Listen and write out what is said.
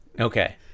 Okay